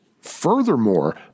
Furthermore